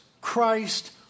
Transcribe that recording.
Christ